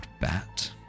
bat